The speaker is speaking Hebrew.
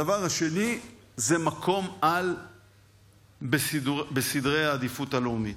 הדבר השני זה מקום-על בסדר העדיפויות הלאומי,